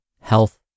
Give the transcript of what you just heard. health